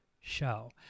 show